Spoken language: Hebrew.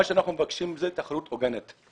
מה שאנחנו מבקשים זאת תחרות הוגנת.